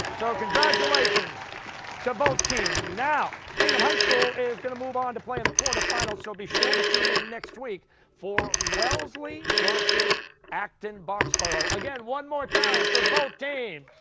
so congratulations to both teams. now hingham high school is going to move on to play in the quarterfinals, so be sure to tune in next week for wellesley versus acton-boxborough. again, one more time for both teams.